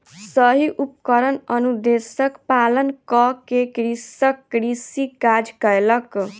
सही उपकरण अनुदेशक पालन कअ के कृषक कृषि काज कयलक